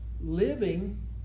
living